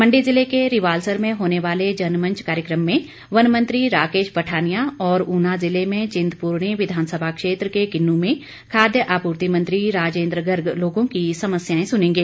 मंडी जिले के रिवाल्सर में होने वाले जनमंच कार्यक्रम में वन मंत्री राकेश पठानिया और ऊना जिले में चिंतपूर्णी विधानसभा क्षेत्र के किन्नू में खाद्य आपूर्ति मंत्री राजेन्द्र गर्ग लोगों की समस्याएं सुनेंगे